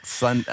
sun